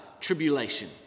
tribulation